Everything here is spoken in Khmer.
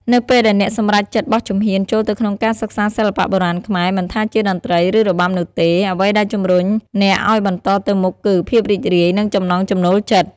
នៅពេលដែលអ្នកសម្រេចចិត្តបោះជំហានចូលទៅក្នុងការសិក្សាសិល្បៈបុរាណខ្មែរ មិនថាជាតន្ត្រី ឬរបាំនោះទេ អ្វីដែលជំរុញអ្នកឱ្យបន្តទៅមុខគឺ ភាពរីករាយ និងចំណង់ចំណូលចិត្ត។